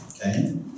Okay